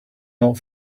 not